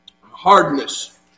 hardness